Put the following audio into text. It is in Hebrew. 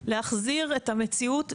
להחזיר את המציאות.